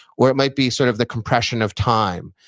or it might be sort of the compression of time.